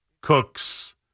Cooks